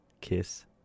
kiss